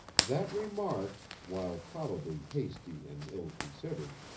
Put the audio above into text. that remark, while probably hasty and ill-considered,